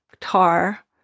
tar